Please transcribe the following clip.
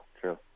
true